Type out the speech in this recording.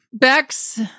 Bex